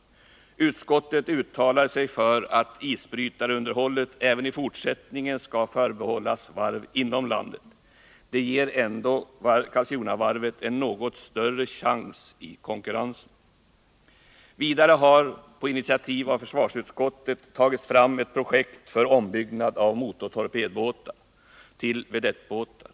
Utskottet uttalar sig för att isbrytarunderhållet även i fortsättningen skall förbehållas varv inom landet. Det ger ändå Karlskronavarvet en något större chans i konkurrensen. Vidare har, på initiativ från försvarsutskottet, tagits fram ett projekt för ombyggnad av motortorpedbåtar till vedettbåtar.